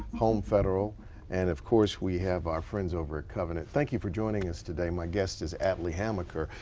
home federal and of course we have our friends over at covenant. thank you for joining us today my guest is atlee hammaker.